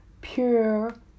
pure